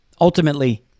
Ultimately